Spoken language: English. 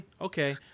Okay